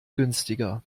günstiger